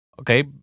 Okay